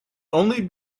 only